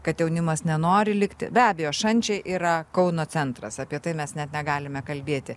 kad jaunimas nenori likti be abejo šančiai yra kauno centras apie tai mes net negalime kalbėti